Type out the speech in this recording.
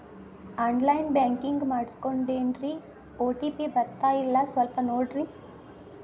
on line banking ಮಾಡಿಸ್ಕೊಂಡೇನ್ರಿ OTP ಬರ್ತಾಯಿಲ್ಲ ಸ್ವಲ್ಪ ನೋಡ್ರಿ